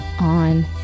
on